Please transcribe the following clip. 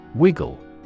Wiggle